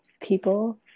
people